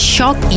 Shock